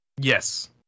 Yes